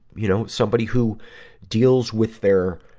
you know, somebody who deals with their